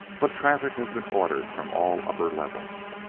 but traffic has been ordered from all upper levels